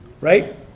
right